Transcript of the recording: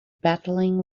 battling